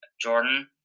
Jordan